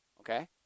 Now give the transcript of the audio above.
Okay